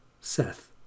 Seth